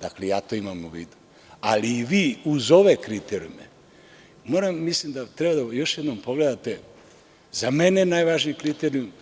Dakle, to imam u vidu, ali i vi uz ove kriterijume, mislim da treba da još jednom pogledate, za mene najvažniji kriterijum